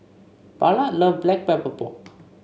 Ballard love Black Pepper Pork